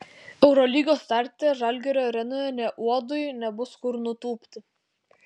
eurolygos starte žalgirio arenoje nė uodui nebus kur nutūpti